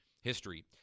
history